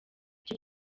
icyo